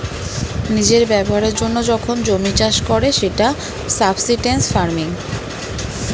নিজের ব্যবহারের জন্য যখন জমি চাষ করে সেটা সাবসিস্টেন্স ফার্মিং